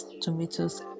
tomatoes